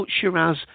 Shiraz